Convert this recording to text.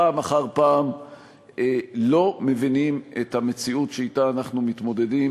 פעם אחר פעם לא מבינים את המציאות שאתה אנחנו מתמודדים